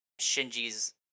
Shinji's